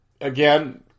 again